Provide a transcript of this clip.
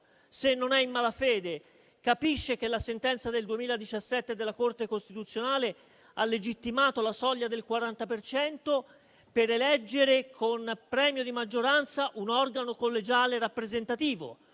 se non è in malafede, capisce che la sentenza del 2017 della Corte costituzionale ha legittimato la soglia del 40 per cento per eleggere con premio di maggioranza un organo collegiale rappresentativo,